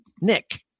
Nick